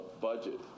budget